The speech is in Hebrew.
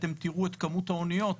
אתם תראו את כמות האוניות,